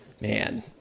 man